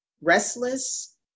restless